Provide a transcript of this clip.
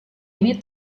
ini